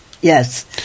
yes